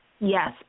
Yes